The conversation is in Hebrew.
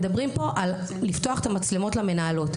מדברים פה על לפתוח את המצלמות למנהלות.